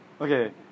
Okay